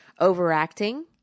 overacting